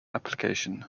application